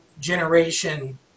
generation